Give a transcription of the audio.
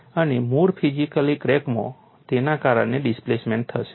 અને મૂળ ફિઝિકલી ક્રેકમાં તેના કારણે ડિસ્પ્લેસમેંટ થશે